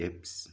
apps